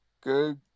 good